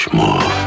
more